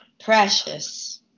Precious